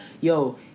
yo